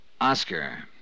Oscar